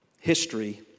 history